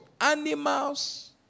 Animals